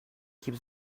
kept